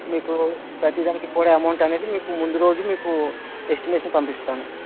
మీకు ప్రతి దానికి కూడా అమౌంట్ అనేది మీకు ముందు రోజు మీకు ఎస్టిమేషన్ పంపిస్తాను